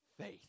faith